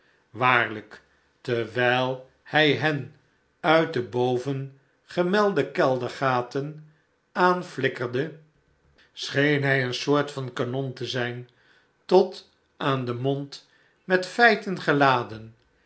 waarlijk terwijl hij hen uit de bovengemelde keldergaten aanflikkerde scheen hij een soort van kanon te zijn tot aan den mond met feiten geladen